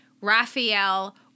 Raphael